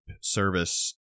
service